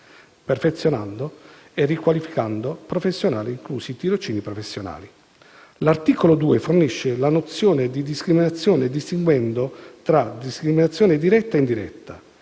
perfezionamento e riqualificazione professionale, inclusi i tirocini professionali. L'articolo 2 fornisce la nozione di discriminazione, distinguendo tra diretta e indiretta,